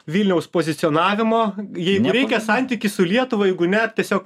vilniaus pozicionavimo jeigu reikia santykį su lietuva jeigu ne tiesiog